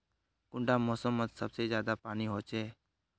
कुंडा मोसमोत सबसे ज्यादा पानी होचे?